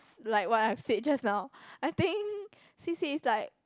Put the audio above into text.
like what I've said just now I think C_C_A is like